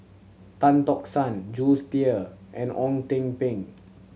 Tan Tock San Jules Tier and Ong Ten Ping